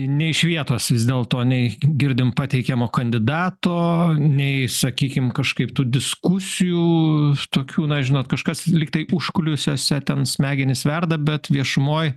nė iš vietos vis dėlto nei girdim pateikiamo kandidato nei sakykim kažkaip tų diskusijų tokių na žinot kažkas lyg tai užkulisiuose ten smegenys verda bet viešumoj